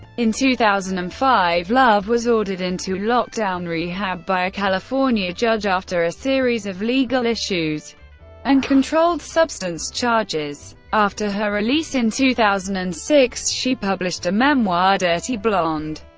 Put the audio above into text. in two thousand and five, love was ordered into lockdown rehab by a california judge after a series of legal issues and controlled substance charges. after her release in two thousand and six, she published a memoir, dirty blonde,